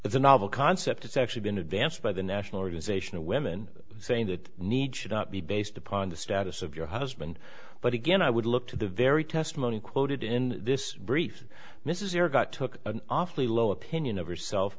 the novel concept it's actually been advanced by the national organization of women saying that needs should not be based upon the status of your husband but again i would look to the very testimony quoted in this brief mrs erekat took an awfully low opinion of herself